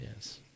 Yes